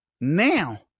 Now